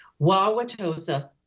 Wauwatosa